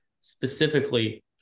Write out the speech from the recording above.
specifically